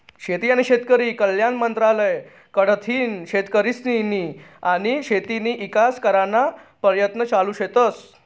शेती आनी शेतकरी कल्याण मंत्रालय कडथीन शेतकरीस्नी आनी शेतीना ईकास कराना परयत्न चालू शेतस